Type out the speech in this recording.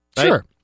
Sure